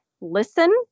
listen